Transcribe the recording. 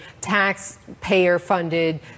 taxpayer-funded